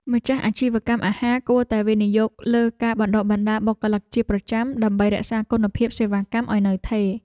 ម្ចាស់អាជីវកម្មអាហារគួរតែវិនិយោគលើការបណ្តុះបណ្តាលបុគ្គលិកជាប្រចាំ ដើម្បីរក្សាគុណភាពសេវាកម្មឱ្យនៅថេរ។